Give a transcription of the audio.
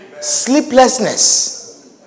Sleeplessness